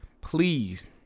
Please